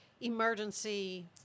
emergency